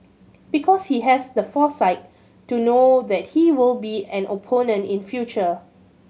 because he has the foresight to know that he will be an opponent in future